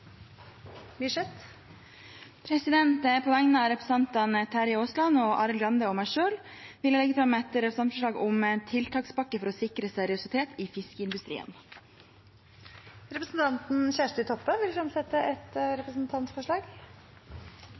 representantforslag. På vegne av representantene Terje Aasland, Arild Grande og meg selv vil jeg legge fram et representantforslag om en tiltakspakke for å sikre seriøsitet i fiskeindustrien. Representanten Kjersti Toppe vil fremsette et representantforslag.